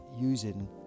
using